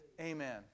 Amen